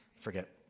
forget